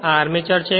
આ આર્મચર છે